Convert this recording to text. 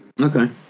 Okay